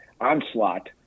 onslaught